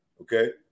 okay